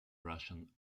russian